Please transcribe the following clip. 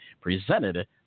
presented